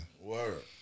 Word